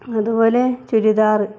അതുപോലെ ചുരിദാറ്